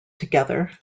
together